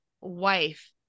wife